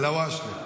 אלהואשלה.